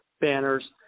banners